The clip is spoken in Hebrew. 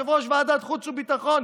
יושב-ראש ועדת החוץ והביטחון,